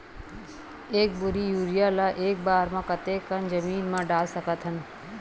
एक बोरी यूरिया ल एक बार म कते कन जमीन म डाल सकत हन?